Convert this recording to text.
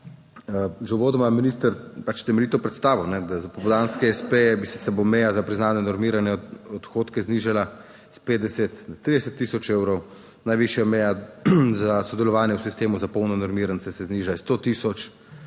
uvodoma je minister temeljito predstavil, da za popoldanske espeje se bo meja za priznane normirane odhodke znižala s 50 na 30 tisoč evrov, najvišja meja za sodelovanje v sistemu za polno normirance se zniža iz 100 tisoč